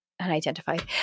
unidentified